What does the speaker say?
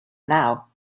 now